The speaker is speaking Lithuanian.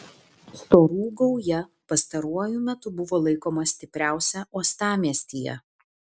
storų gauja pastaruoju metu buvo laikoma stipriausia uostamiestyje